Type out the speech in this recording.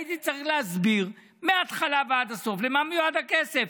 הייתי צריך להסביר מהתחלה ועד הסוף למה מיועד הכסף.